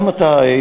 גם אתה,